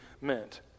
meant